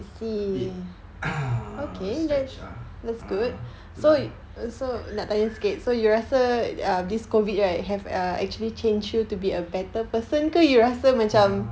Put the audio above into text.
stretch lah uh err